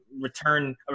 return